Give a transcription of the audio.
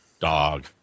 Dog